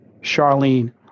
Charlene